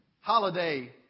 holiday